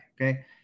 okay